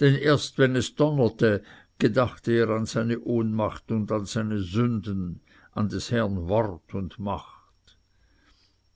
denn erst wenn es donnerte gedachte er an seine ohnmacht und seine sünden an des herrn wort und macht